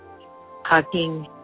hugging